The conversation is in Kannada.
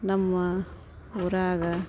ನಮ್ಮ ಊರಾಗೆ